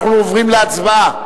עוברים להצבעה.